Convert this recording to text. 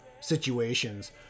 situations